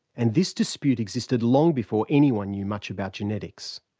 and this dispute existed long before anyone knew much about genetics.